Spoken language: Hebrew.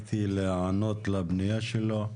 החלטתי להיענות לפנייה שלו.